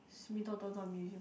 simi dot dot dot museum